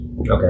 Okay